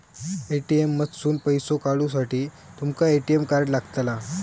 ATM मधसून पैसो काढूसाठी तुमका ए.टी.एम कार्ड लागतला